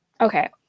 okay